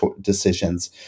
decisions